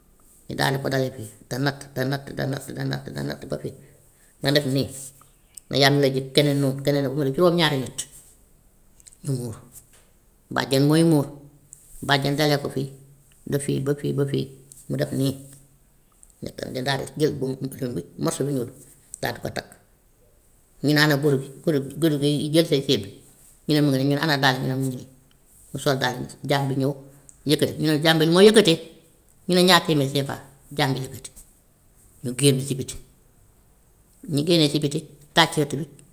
Ñu daal di ko dalee fii te natt te natt te natt te natt te natt ba bég, nga def nii na yaayam la jël, keneen noonu, keneen ba pare juróom-ñaari nit ñu muur. Bàjjen mooy muur, bàjjen dalee ko fii, ba fii, ba fii, ba fii mu def nii, mu daal di jël buum buum bi morso bu ñuul daal di ko takk, ñu ne ana groupe groupe groupe biy jël see séet ñu ne mu ngi nii, ñu ne ana dàll yi ñu ne mu ngi nii mu sol dàll yi, jaam bi ñëw yëkkati, ñu ne jaam bi lu moo yëkkatee ñu ne ñaar téeméer si départ jaam bi yëkkati, ñu génn ci bitti, bu ñu génnee ci bitti taaj ci ëtt bi.